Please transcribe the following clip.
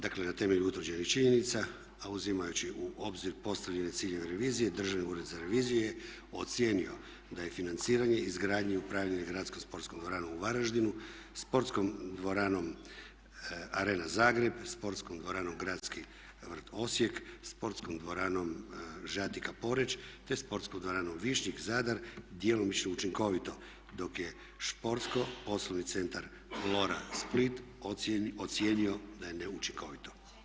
Dakle, na temelju utvrđenih činjenica a uzimajući u obzir postavljene ciljeve revizije Državni ured za reviziju je ocijenio da je financiranje izgradnje i upravljanje gradskom sportskom dvoranom u Varaždinu, sportskom dvoranom Arena Zagreb, sportskom dvoranom gradski vrt Osijek, sportskom dvoranom Žatika-Poreč te sportskom dvoranom Višnjik-Zadar djelomično učinkovito dok je športsko poslovni centar Lora-Split ocijenio da je neučinkovito.